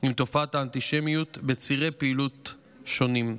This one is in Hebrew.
עם תופעת האנטישמיות בצירי פעילות שונים.